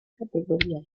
categoria